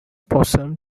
possum